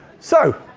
so,